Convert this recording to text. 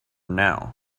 now